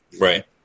right